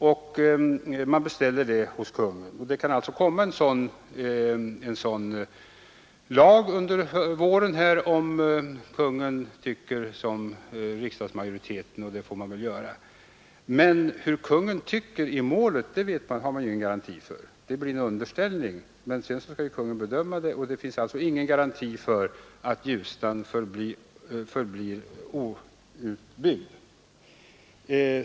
Det kan alltså komma en sådan lag under våren 1973 om Kungl. Maj:t tycker som riksdagsmajoriteten. Om sedan Kungl. Maj:t tycker på samma sätt i målet har man ingen garanti för. Frågan underställs Kungl. Maj:t för bedömning, och det finns alltså ingen garanti för att Ljusnan förblir outbyggd.